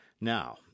Now